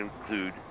include